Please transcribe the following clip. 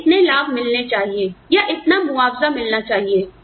या इतने लाभ मिलने चाहिए या इतना मुआवजा मिलना चाहिए